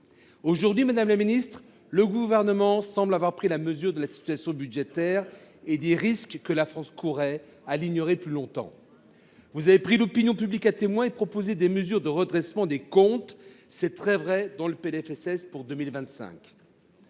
Aujourd’hui, madame la ministre, le Gouvernement semble avoir pris la mesure de la situation budgétaire et des risques que la France courrait à l’ignorer plus longtemps. Vous avez pris l’opinion publique à témoin et proposez des mesures de redressement des comptes. C’est très vrai dans le projet